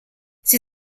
sie